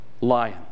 lion